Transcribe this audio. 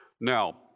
Now